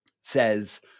says